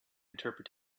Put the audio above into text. interpret